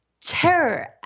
terror